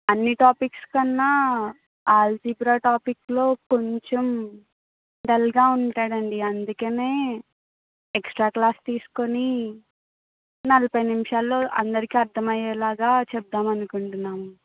అన్ని టాపిక్స్ కన్నా ఆల్జీబ్రా టాపిక్లో కొంచెం డల్గా ఉంటున్నాడండి అందుకనే ఎక్స్ట్రా క్లాస్ తీసుకుని నలబై నిమిషాల్లో అందరికీ అర్థమయ్యేలాగా చెబుదామనుకుంటున్నాము